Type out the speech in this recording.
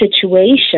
situation